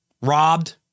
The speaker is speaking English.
Robbed